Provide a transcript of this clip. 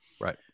right